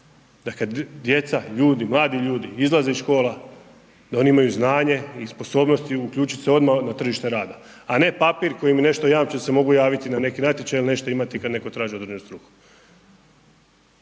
Da kada djeca, ljudima, mladi ljudi, izlaze iz škola, da oni imaju znanje i sposobnosti, uključiti se odmah na tržište rada, a ne papir koji mi nešto jamči, da se mogu javiti na neki natječaj ili nešto imati kada netko tražio određenu strku.